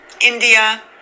india